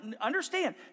understand